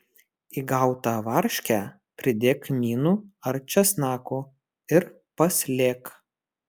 į gautą varškę pridėk kmynų ar česnakų ir paslėk